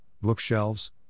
bookshelves